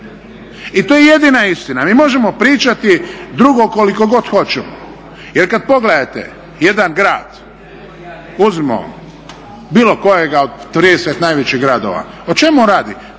I to je jedina istina. Mi možemo pričati drugo koliko god hoćemo. Jer kada pogledate jedan grad, uzmimo bilo kojega od 30 najvećih gradova. O čemu on radi?